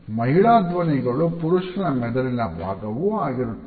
ಮಹಿಳಾ ಧ್ವನಿಗಳು ಪುರುಷನ ಮೆದುಳಿನ ಭಾಗವೂ ಆಗಿರುತ್ತದೆ